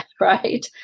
right